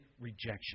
rejection